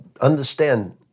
understand